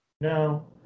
No